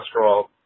cholesterol